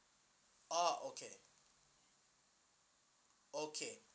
orh okay okay